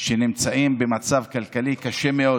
שנמצאים במצב כלכלי קשה מאוד,